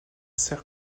sert